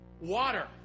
Water